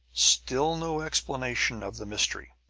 still no explanation of the mystery!